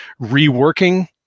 reworking